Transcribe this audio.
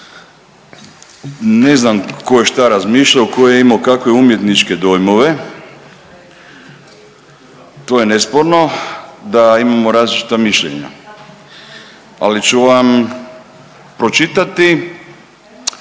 Ne znam tko je šta razmišljao, tko je imao kakve umjetničke dojmove to je nesporno da imamo različita mišljenja ali ću vam pročitati,